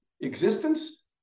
existence